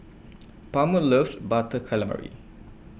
Palmer loves Butter Calamari